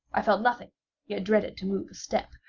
i felt nothing yet dreaded to move a step,